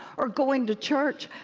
or going to church.